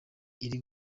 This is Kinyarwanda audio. iri